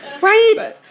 Right